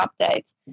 updates